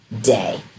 day